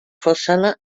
façana